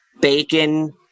bacon